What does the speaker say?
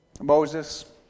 Moses